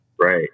right